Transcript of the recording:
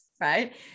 right